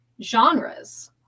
Genres